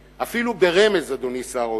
אפילו ברמז, אדוני שר האוצר,